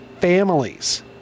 families